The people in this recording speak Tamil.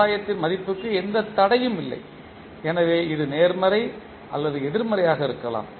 ஆதாயத்தின் மதிப்புக்கு எந்த தடையும் இல்லை எனவே இது நேர்மறை அல்லது எதிர்மறையாக இருக்கலாம்